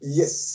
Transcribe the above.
yes